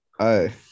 hi